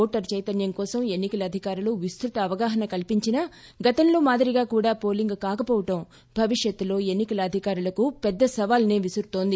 voter చైతన్వం కోసం ఎన్ని కల అధికారులు విస్తృత అవగాహన కల్సించినా గతంలో మాదిరిగా కూడా పోలింగు కాకపోవడం భవిష్యత్తులో ఎన్ని కల అధికారులకు పెద్ద సవాలునే విసురుతోంది